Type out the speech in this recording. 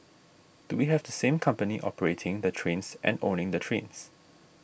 do we have the same company operating the trains and owning the trains